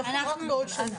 היא תחול רק עוד שנה.